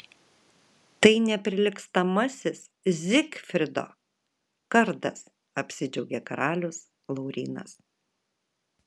tai neprilygstamasis zigfrido kardas apsidžiaugė karalius laurynas